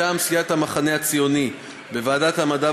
מטעם סיעת המחנה הציוני: בוועדת המדע